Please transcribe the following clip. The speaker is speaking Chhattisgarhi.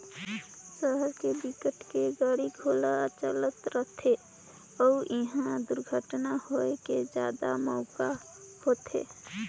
सहर के बिकट के गाड़ी घोड़ा चलत रथे अउ इहा दुरघटना होए के जादा मउका होथे